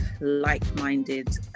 like-minded